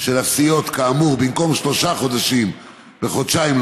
של הסיעות, כאמור, במקום שלושה חודשים, בחודשיים,